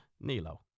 Nilo